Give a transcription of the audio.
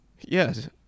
Yes